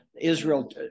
Israel